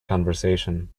conversation